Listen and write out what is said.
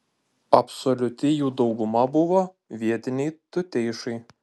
absoliuti jų dauguma buvo vietiniai tuteišai